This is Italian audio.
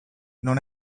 non